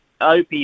OP